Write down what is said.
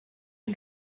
and